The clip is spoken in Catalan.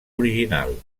original